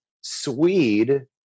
Swede